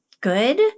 good